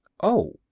Oh